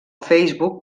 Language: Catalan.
facebook